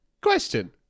Question